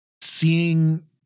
seeing